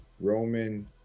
Roman